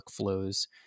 workflows